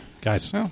guys